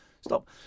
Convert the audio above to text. stop